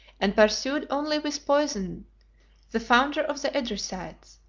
and pursued only with poison the founder of the edrisites,